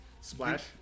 splash